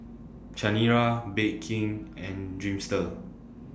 Chanira Bake King and Dreamster